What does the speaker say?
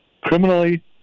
criminally